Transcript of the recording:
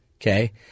Okay